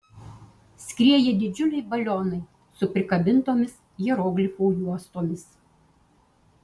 skrieja didžiuliai balionai su prikabintomis hieroglifų juostomis